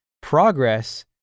progress